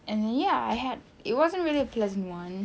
and then ya I had it wasn't really a pleasant one